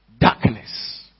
darkness